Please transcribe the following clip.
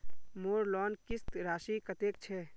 मोर लोन किस्त राशि कतेक छे?